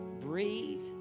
breathe